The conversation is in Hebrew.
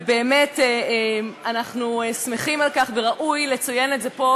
ובאמת אנחנו שמחים על כך וראוי לציין את זה פה,